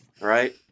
Right